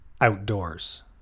outdoors